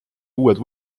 uued